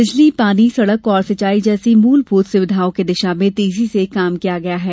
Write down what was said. बिजली पानी सड़क और सिंचाई जैसी मूलभूत सुविधाओं की दिशा में तेजी से काम किया गया है